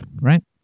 Right